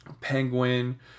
Penguin